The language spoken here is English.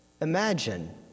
imagine